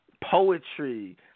poetry